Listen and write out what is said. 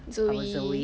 zoe